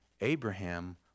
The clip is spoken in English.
Abraham